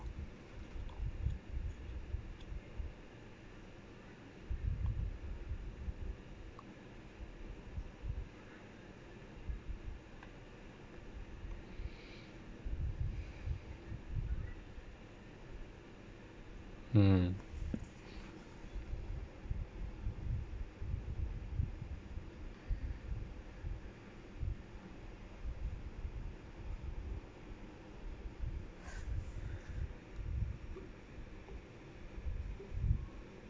mm